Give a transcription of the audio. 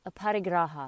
aparigraha